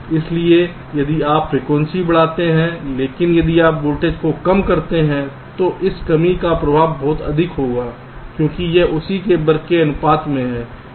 इसलिए यदि आप फ्रीक्वेंसी बढ़ाते हैं लेकिन यदि आप वोल्टेज को कम करते हैं तो इस कमी का प्रभाव बहुत अधिक होगा क्योंकि यह उसी के वर्ग के अनुपात में है